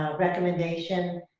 recommendation.